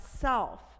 self